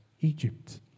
Egypt